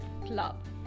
Club